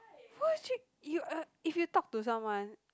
you uh if you talk to someone